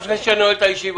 אין הרוויזיה לא אושרה.